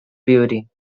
building